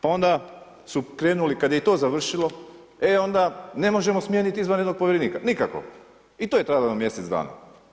Pa onda su krenuli kad je i to završilo, e onda ne možemo smijeniti izvanrednog povjerenika, nikako, i to je trajalo jedno mjesec dana.